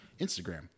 Instagram